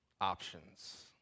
options